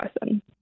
person